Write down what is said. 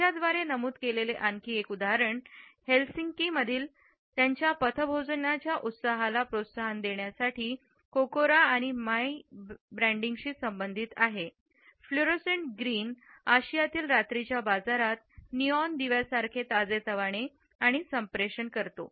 तिच्याद्वारे नमूद केलेले आणखी एक उदाहरण हेलसिंकी मधील त्यांच्या पथभोजनाच्या उत्सवाला प्रोत्साहन देण्यासाठी कोकोरो आणि मोई ब्रँडिंगशी संबंधित आहे फ्लूरोसंट ग्रीन आशियातील रात्रीच्या बाजारात निऑन दिव्यासारखे ताजेतवाने आणि संप्रेषण करतो